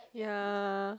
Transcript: ya